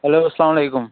hello اسلام علیکُم